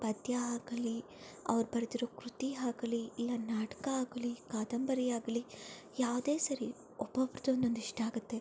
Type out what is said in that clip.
ಪದ್ಯ ಆಗಲಿ ಅವ್ರು ಬರೆದಿರೋ ಕೃತಿ ಆಗ್ಲಿ ಇಲ್ಲ ನಾಟಕ ಆಗಲಿ ಕಾದಂಬರಿಯಾಗಲಿ ಯಾವುದೇ ಸರಿ ಒಬ್ಬೊಬರ್ದು ಒಂದೊಂದು ಇಷ್ಟ ಆಗತ್ತೆ